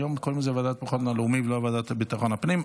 היום קוראים לזה הוועדה לביטחון לאומי ולא הוועדה לביטחון הפנים.